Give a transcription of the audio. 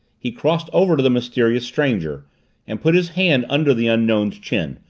he crossed over to the mysterious stranger and put his hand under the unknown's chin,